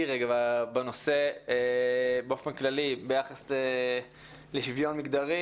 רגע בנושא באופן כללי ביחס לשוויון מגדרי.